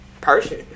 person